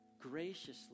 graciously